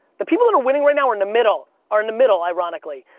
the people that are winning right now are in the middle, are in the middle, ironically,